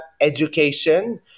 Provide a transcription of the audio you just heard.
education